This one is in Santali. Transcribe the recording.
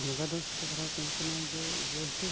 ᱵᱚᱸᱜᱟ ᱫᱚ ᱥᱚᱠᱛᱚ ᱫᱷᱟᱨᱟᱜᱮ ᱠᱟᱹᱢᱤ ᱠᱟᱱᱟᱭ ᱡᱮ ᱡᱮᱦᱮᱛᱩ